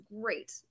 great